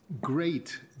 great